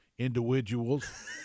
individuals